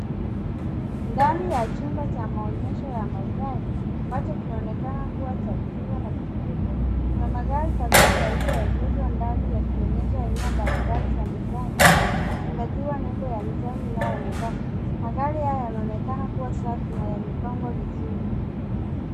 Ndani ya chumba cha maonyesho ya magari ambacho kinaoonekana kuwa cha kisasa na kikubwa. Kuna magari kadhaa yaliyoegeshwa ndani yakionyesha aina mbalimbali za mifano ikizingatiwa nembo ya nissan inayoonekana. Magari haya yanaonekana kuwa safi na yamepangwa vizuri.